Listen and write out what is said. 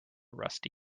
rusty